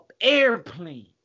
airplane